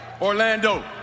Orlando